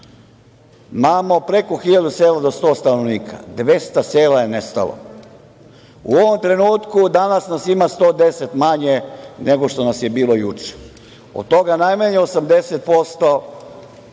sela. Imamo preko hiljadu sela sa 100 stanovnika, 200 sela je nestalo. U ovom trenutku, danas nas ima 110 manje nego što nas je bilo juče, od toga najmanje 80%